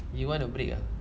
you want a break ah